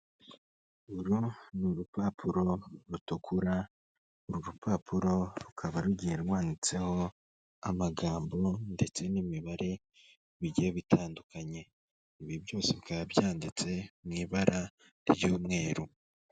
Uru ni urupapuro rutukura, uru rupapuro rukaba rugiye rwanditseho amagambo ndetse n'imibare bigiye bitandukanye, ibi byose bikaba byanditse mu ibara ry'umweru.